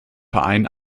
verein